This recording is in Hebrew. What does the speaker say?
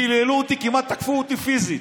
קיללו אותי, כמעט תקפו אותי פיזית.